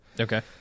Okay